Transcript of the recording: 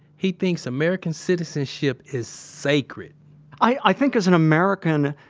he thinks american citizenship is sacred i think as an american,